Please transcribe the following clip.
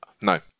No